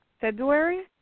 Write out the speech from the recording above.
February